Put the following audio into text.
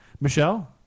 Michelle